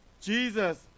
Jesus